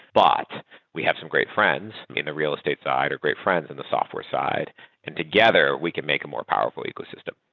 but we have some great friends in the real estate side or great friends in the software side and together we can make a more powerful ecosystem.